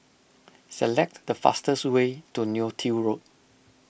select the fastest way to Neo Tiew Road